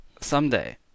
Someday